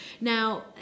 now